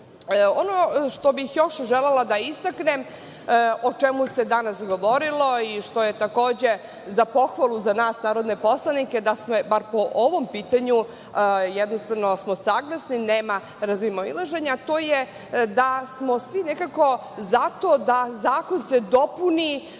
što bih još želela da istaknem, o čemu se danas govorilo i što je takođe za pohvalu za nas narodne poslanike, da smo bar po ovom pitanju jednostavno smo saglasni, nema razmimoilaženja, a to je da smo svi nekako za to da zakon se dopuni